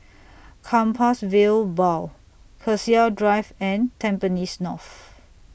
Compassvale Bow Cassia Drive and Tampines North